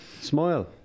smile